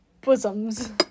bosoms